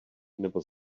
nebo